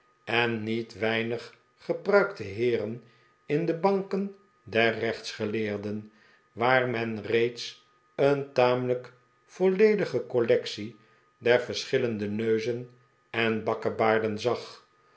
en niet weinig gepruikte heeren in de banken der reehtsgeleerden waar men reeds een tamelijk volledige collectie der verschillende neuzen en bakkebaarden zag